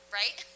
right